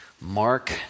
Mark